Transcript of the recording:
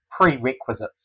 prerequisites